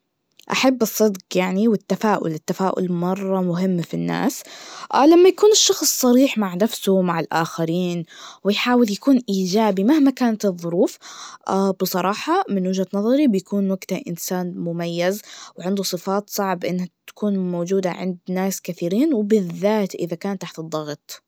أحب الصدج يعني والتفاؤل, التفاؤل مرة مهم في الناس, لما يكون الشخص صريح مع نفسه ومع الآخرين, ويحاول يكون إيجابي مهما كانت الظروف, بصراحة, من وجهة نزظري بيكون وقتها إنسان مميز وعنده صفات صعب إنها تكون موجودة عند ناس كثيرين, وبالذات إذا كان تحت ضغط.